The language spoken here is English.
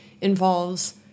involves